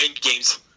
games